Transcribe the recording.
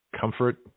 comfort